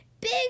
Big